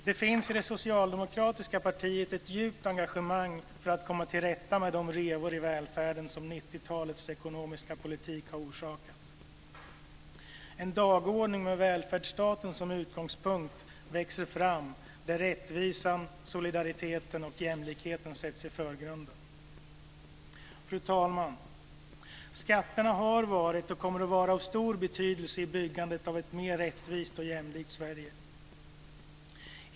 Det finns i det socialdemokratiska partiet ett djupt engagemang för att komma till rätta med de revor i välfärden som 90-talets ekonomiska politik har orsakat. En dagordning med välfärdsstaten som utgångspunkt växer fram där rättvisan, solidariteten och jämlikheten sätts i förgrunden. Fru talman! Skatterna har varit och kommer att vara av stor betydelse i byggandet av ett mer rättvist och jämlikt Sverige.